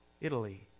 Italy